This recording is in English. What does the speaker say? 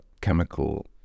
chemical